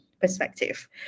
perspective